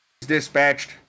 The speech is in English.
Dispatched